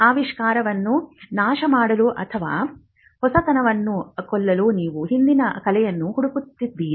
ಆವಿಷ್ಕಾರವನ್ನು ನಾಶಮಾಡಲು ಅಥವಾ ಹೊಸತನವನ್ನು ಕೊಲ್ಲಲು ನೀವು ಹಿಂದಿನ ಕಲೆಯನ್ನು ಹುಡುಕುತ್ತಿದ್ದೀರಿ